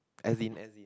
as in as in